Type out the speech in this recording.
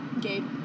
Gabe